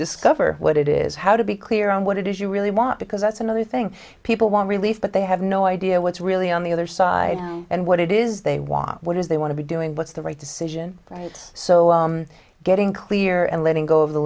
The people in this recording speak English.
discover what it is how to be clear on what it is you really want because that's another thing people want relief but they have no idea what's really on the other side and what it is they want what is they want to be doing what's the right decision right so getting clear and letting go of the